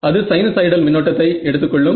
அது சைனுசாய்டல் மின்னோட்டத்தை எடுத்து கொள்ளும்